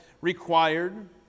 required